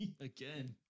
Again